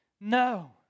No